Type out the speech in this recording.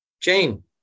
Jane